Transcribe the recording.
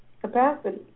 capacity